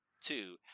Two